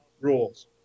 rules